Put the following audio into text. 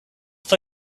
for